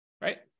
right